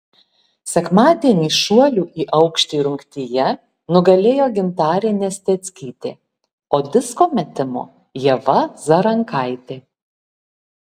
sekmadienį šuolių į aukštį rungtyje nugalėjo gintarė nesteckytė o disko metimo ieva zarankaitė